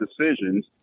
decisions